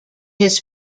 his